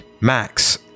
Max